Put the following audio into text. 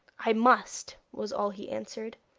i must was all he answered.